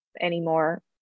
anymore